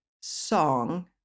song